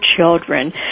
children